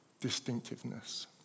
distinctiveness